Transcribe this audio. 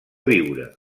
biure